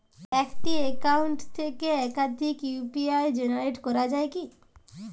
একটি অ্যাকাউন্ট থেকে একাধিক ইউ.পি.আই জেনারেট করা যায় কি?